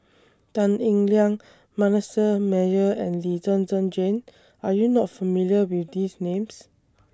Tan Eng Liang Manasseh Meyer and Lee Zhen Zhen Jane Are YOU not familiar with These Names